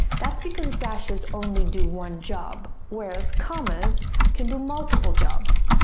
that's because dashes only do one job, whereas commas can do multiple jobs.